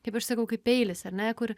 kaip aš sakau kaip peilis ar ne kur